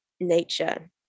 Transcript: nature